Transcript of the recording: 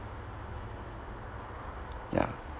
ya